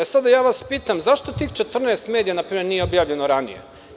Sada vas pitam – zašto tih 14 medija nije objavljeno ranije?